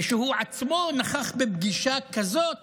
ושהוא עצמו נכח בפגישה כזאת